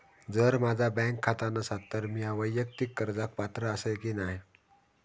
जर माझा बँक खाता नसात तर मीया वैयक्तिक कर्जाक पात्र आसय की नाय?